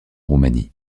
roumanie